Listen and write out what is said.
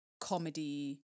comedy